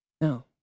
No